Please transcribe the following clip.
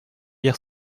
hier